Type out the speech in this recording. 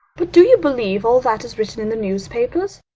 but do you believe all that is written in the newspapers?